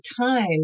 time